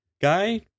guy